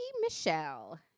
Michelle